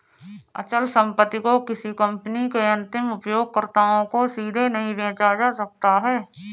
अचल संपत्ति को किसी कंपनी के अंतिम उपयोगकर्ताओं को सीधे नहीं बेचा जा सकता है